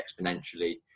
exponentially